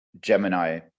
Gemini